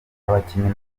abakinnyi